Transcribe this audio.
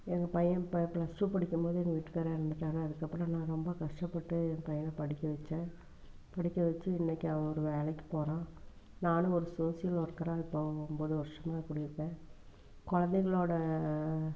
எங்கள் பையன் ப ப்ளஸ் டூ படிக்கும் போது எங்கள் வீட்டுக்கார் இறந்துட்டாரு அதுக்கப்புறம் நான் ரொம்ப கஷ்டப்பட்டு என் பையனை படிக்க வச்சேன் படிக்க வச்சி இன்னைக்கு அவன் ஒரு வேலைக்கு போகிறான் நானும் ஒரு சோஷியல் ஒர்க்கராக இப்போது ஒம்பது வருஷமாக குடியிருக்கேன் குழந்தைகளோட